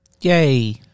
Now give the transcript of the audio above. Yay